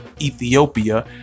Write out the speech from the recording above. Ethiopia